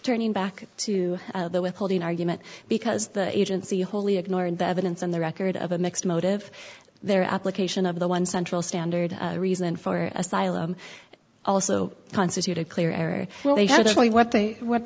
turning back to the withholding argument because the agency wholly ignored the evidence and the record of a mixed motive their application of the one central standard reason for asylum also constitute a clear error what they what